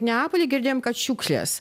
neapoly girdėjom kad šiukšlės